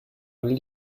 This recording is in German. all